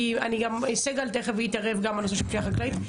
תכף סגל גם ידבר על הפשיעה החקלאית,